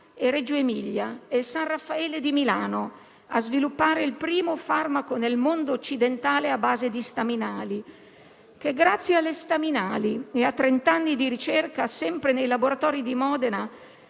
e Reggio Emilia e il San Raffaele di Milano a sviluppare il primo farmaco nel mondo occidentale a base di staminali e che grazie alle staminali e a trent'anni di ricerca, sempre nei laboratori di Modena,